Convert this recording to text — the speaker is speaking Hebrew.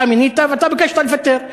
אתה מינית ואתה ביקשת לפטר,